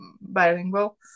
bilingual